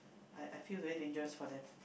I I feel very dangerous for them